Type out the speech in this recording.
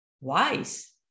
wise